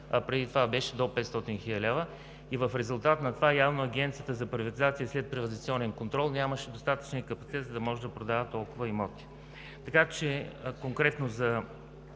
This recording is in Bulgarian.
преди това беше до 500 хил. лв. и в резултат на това явно Агенцията за приватизация и следприватизационен контрол нямаше достатъчния капацитет, за да може да продава толкова имоти. Конкретно